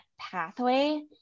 pathway